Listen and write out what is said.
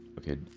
Okay